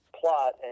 plot